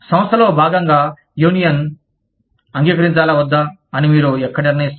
సంస్థలో భాగంగా యూనియన్ అంగీకరించాలా వద్దా అని మీరు ఎక్కడ నిర్ణయిస్తారు